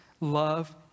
love